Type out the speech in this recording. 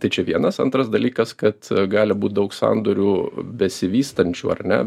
tai čia vienas antras dalykas kad gali būt daug sandorių besivystančių ar ne